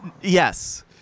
yes